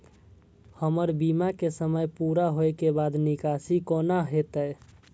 हमर बीमा के समय पुरा होय के बाद निकासी कोना हेतै?